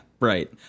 right